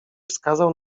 wskazał